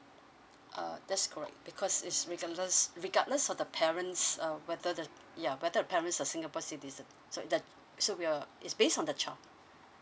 uh that's correct because it's regardless regardless of the parents uh whether the ya whether the parents are singapore citizen so the we are it's based on the child